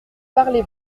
parlez